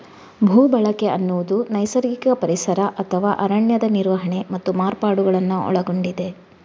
ಭೂ ಬಳಕೆ ಅನ್ನುದು ನೈಸರ್ಗಿಕ ಪರಿಸರ ಅಥವಾ ಅರಣ್ಯದ ನಿರ್ವಹಣೆ ಮತ್ತು ಮಾರ್ಪಾಡುಗಳನ್ನ ಒಳಗೊಂಡಿದೆ